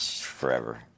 forever